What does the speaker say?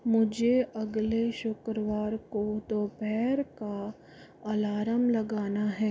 मुझे अगले शुक्रवार को दोपहर का अलार्म लगाना है